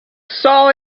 saw